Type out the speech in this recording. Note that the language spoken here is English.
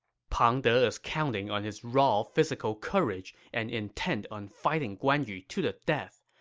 pang de is counting on his raw physical courage and intent on fighting guan yu to the death.